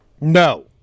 No